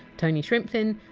tony shrimplin,